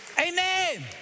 Amen